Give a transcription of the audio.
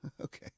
Okay